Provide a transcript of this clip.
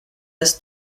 est